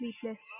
sleepless